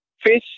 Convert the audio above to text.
fish